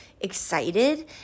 excited